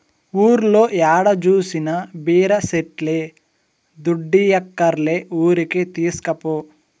ఊర్లో ఏడ జూసినా బీర సెట్లే దుడ్డియ్యక్కర్లే ఊరికే తీస్కపో